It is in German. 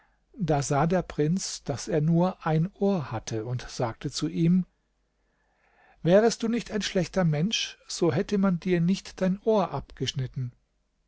da sah der prinz daß er nur ein ohr hatte und sagte zu ihm wärest du nicht ein schlechter mensch so hätte man dir nicht dein ohr abgeschnitten